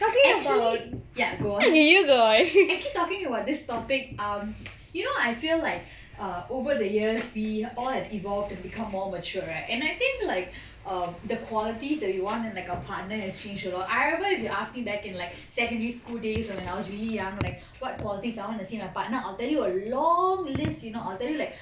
actually ya go on I keep talking about this topic um you know I feel like err over the years we all have evolved to become more matured right and I think like um the qualities that we want in like a partner has changed a lot I remember if you ask me back in like secondary school days or when I was really young like what qualities I want to see in my partner I'll tell you a long list you know I'll tell you like